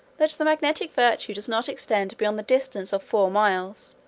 that the magnetic virtue does not extend beyond the distance of four miles,